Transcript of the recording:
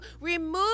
Remove